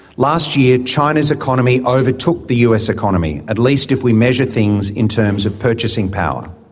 last year, china's economy overtook the us economy, at least if we measure things in terms of purchasing power.